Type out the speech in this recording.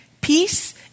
Peace